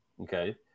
okay